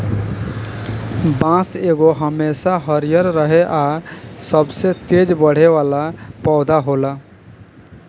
बांस एगो हमेशा हरियर रहे आ सबसे तेज बढ़े वाला पौधा होला